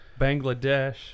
Bangladesh